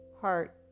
heart